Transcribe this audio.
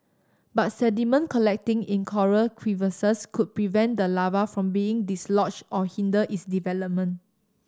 but sediment collecting in coral crevices could prevent the larva from being dislodged or hinder its development